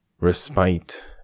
respite